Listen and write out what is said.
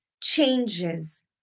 changes